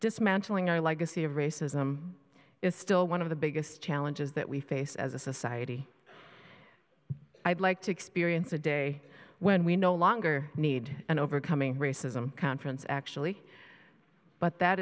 dismantling our legacy of racism is still one of the biggest challenges that we face as a society i'd like to experience a day when we no longer need and overcoming racism conference actually but that